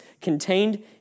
contained